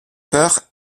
peur